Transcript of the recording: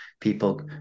People